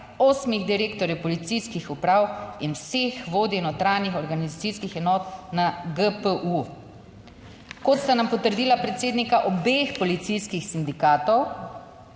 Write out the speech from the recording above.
osmih direktorjev policijskih uprav in vseh vodij notranjih organizacijskih enot na GPU. Kot sta nam potrdila predsednika obeh policijskih sindikatov,